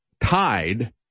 tied